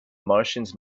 martians